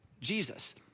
Jesus